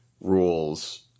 rules